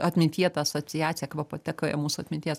atmintyje ta asociacija kvapotekoje mūsų atminties